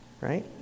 right